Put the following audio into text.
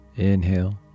Inhale